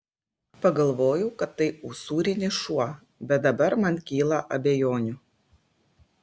pagalvojau kad tai usūrinis šuo bet dabar man kyla abejonių